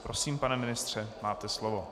Prosím, pane ministře, máte slovo.